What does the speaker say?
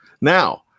Now